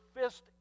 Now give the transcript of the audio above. fist